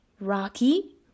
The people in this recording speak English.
Rocky